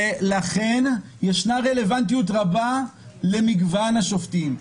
ולכן ישנה רלוונטיות רבה למגוון השופטים,